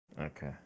Okay